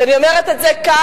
כי אני אומרת את זה כאן,